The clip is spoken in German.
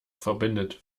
verbindet